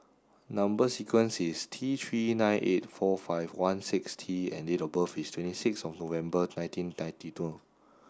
number sequence is T three nine eight four five one six T and date of birth is twenty six of November nineteen ninety two